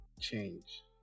change